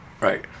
right